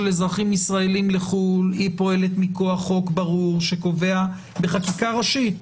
אזרחים ישראלים לחו"ל פועלת מכוח חוק ברור שקובע בחקיקה ראשית